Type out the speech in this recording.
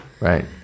Right